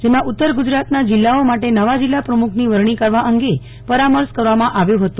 જેમાં ઉત્તર ગુજરાત ના જિલ્લાઓ માટે નવા જિલ્લા પ્રમુખ ની વરણી કરવા અંગે પરામર્શ કરવામાં આવ્યો હતો